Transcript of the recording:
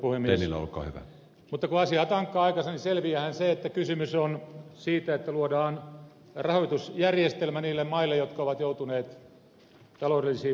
mutta kun asiaa tankkaa aikansa niin selviäähän se että kysymys on siitä että luodaan rahoitusjärjestelmä niille maille jotka ovat joutuneet taloudellisiin vaikeuksiin